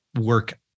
work